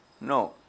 No